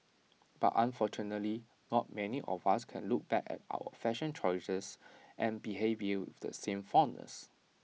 but unfortunately not many of us can look back at our fashion choices and behaviour with the same fondness